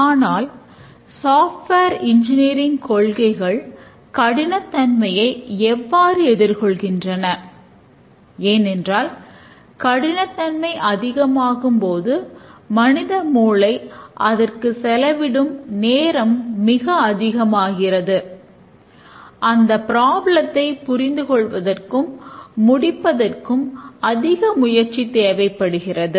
ஆனால் software engineering புரிந்துகொள்வதற்கும் முடிப்பதற்கும் அதிக முயற்சி தேவைப்படுகிறது